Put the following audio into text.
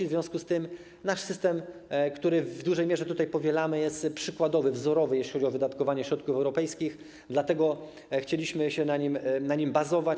W związku z tym nasz system, który w dużej mierze tutaj powielamy, jest przykładowy, wzorowy, jeśli chodzi o wydatkowanie środków europejskich, dlatego chcieliśmy na nim bazować.